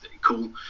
cool